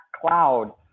cloud